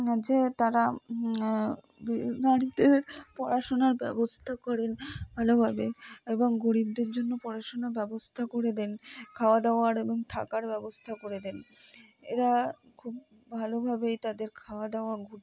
যে তারা নারীদের পড়াশোনার ব্যবস্থা করেন ভালোভাবে এবং গরিবদের জন্য পড়াশোনার ব্যবস্থা করে দেন খাওয়া দাওয়ার এবং থাকার ব্যবস্থা করে দেন এরা খুব ভালোভাবেই তাদের খাওয়া দাওয়া ঘুর